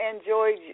enjoyed